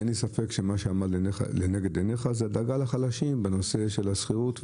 אין לי ספק שמה שעמד לנגד עיניך הוא הדאגה לחלשים בנושא השכירות,